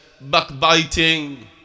backbiting